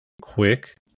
quick